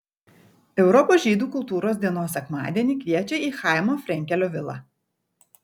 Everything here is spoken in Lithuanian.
europos žydų kultūros dienos sekmadienį kviečia į chaimo frenkelio vilą